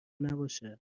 نباشه